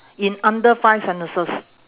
in under five sentences